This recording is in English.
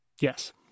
Yes